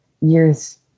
years